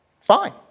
fine